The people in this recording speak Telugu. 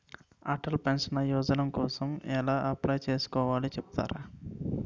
అటల్ పెన్షన్ యోజన కోసం ఎలా అప్లయ్ చేసుకోవాలో చెపుతారా?